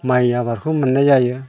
माइ आबादखौ मोननाय जायो